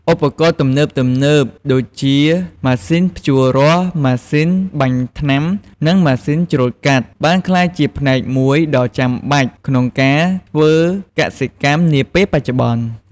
ឧបករណ៍ទំនើបៗដូចជា ម៉ាស៊ីនភ្ជួររាស់ ម៉ាស៊ីនបាញ់ថ្នាំ និងម៉ាស៊ីនច្រូតកាត់ បានក្លាយជាផ្នែកមួយដ៏ចាំបាច់ក្នុងការធ្វើកសិកម្មនាពេលបច្ចុប្បន្ន។